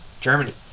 Germany